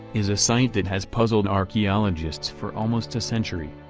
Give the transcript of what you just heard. is a site that has puzzled archaeologists for almost a century.